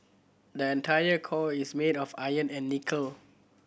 the entire core is made of iron and nickel